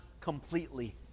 completely